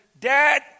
Dad